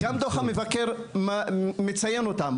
-- שגם דוח המבקר מציין אותן,